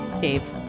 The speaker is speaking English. Dave